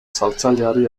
saltzaileari